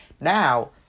Now